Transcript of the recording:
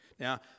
Now